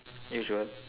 usual